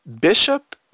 Bishop